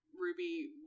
Ruby